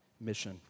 mission